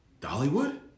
Dollywood